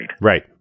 Right